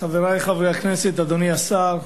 חברי חברי הכנסת, אדוני השר,